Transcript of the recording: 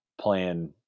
playing